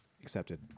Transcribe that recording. Accepted